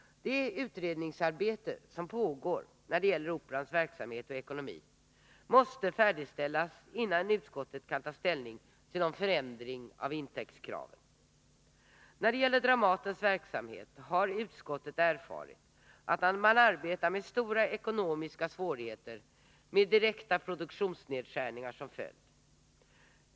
Det utredningsarbete som pågår när det gäller Operans verksamhet och ekonomi måste färdigställas, innan utskottet kan ta ställning till någon förändring av intäktskraven. När det gäller Dramatens verksamhet har utskottet erfarit att man arbetar med stora ekonomiska svårigheter, med direkta produktionsnedskärningar som följd.